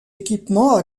équipement